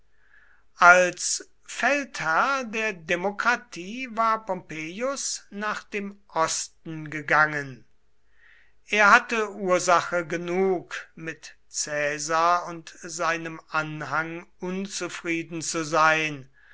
als feldherr der demokratie war pompeius nach dem osten gegangen er hatte ursache genug mit caesar und seinem anhang unzufrieden zu sein